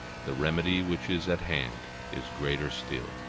the remedy which is at hand is greater still.